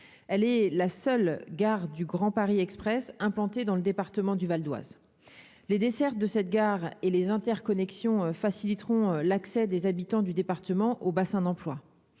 elle est la seule gare du Grand Paris Express implantée dans le département du Val-d Oise, les dessertes de cette gare et les interconnexions faciliteront l'accès des habitants du département au bassin d'emploi,